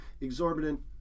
exorbitant